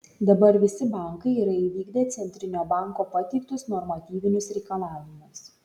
dabar visi bankai yra įvykdę centrinio banko pateiktus normatyvinius reikalavimus